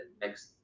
next